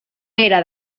era